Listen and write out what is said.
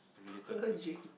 purging